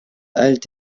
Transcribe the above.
halte